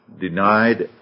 denied